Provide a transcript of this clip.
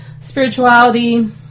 spirituality